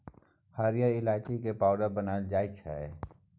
हरिहर ईलाइची के पाउडर बनाएल जाइ छै